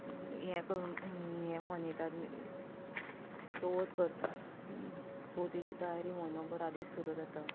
हें हें मनयतात चवथ करतात चवथीची तयारी म्हयनोबर आदींच सुरू जाता